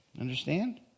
Understand